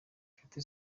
nshuti